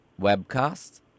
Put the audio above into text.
webcast